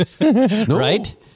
Right